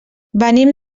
venim